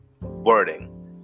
wording